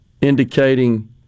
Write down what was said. indicating